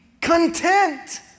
content